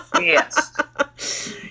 Yes